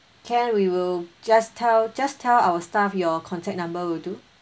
can we will just tell just tell our staff your contact number will do